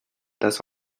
thus